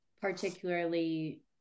particularly